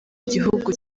igihugu